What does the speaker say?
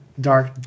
dark